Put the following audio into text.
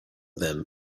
them